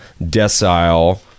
decile